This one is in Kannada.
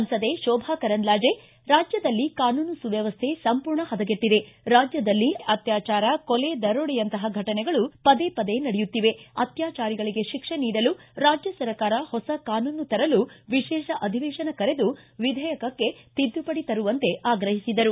ಸಂಸದೆ ಶೋಭಾ ಕರಂದ್ಲಾಜೆ ರಾಜ್ಯದಲ್ಲಿ ಕಾನೂನು ಸುವ್ಯವಸ್ಥೆ ಸಂಪೂರ್ಣ ಹದಗೆಟ್ಟದೆ ಕಾಜ್ಯದಲ್ಲಿ ಅತ್ಯಾಚಾರ ಕೊಲೆ ದರೋಡೆಯಂತಹ ಫಟನೆಗಳು ಪದೇ ಪದೇ ನಡೆಯುತ್ತಿವೆ ಅತ್ಯಾಚಾರಿಗಳಿಗೆ ಶಿಕ್ಷೆ ನೀಡಲು ರಾಜ್ಯ ಸರ್ಕಾರ ಹೊಸ ಕಾನೂನು ತರಲು ವಿಶೇಷ ಅಧಿವೇಶನ ಕರೆದು ವಿಧೇಯಕಕ್ಕೆ ತಿದ್ದುಪಡಿ ತರುವಂತೆ ಆಗ್ರಹಿಸಿದರು